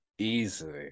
Easily